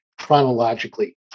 chronologically